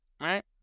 right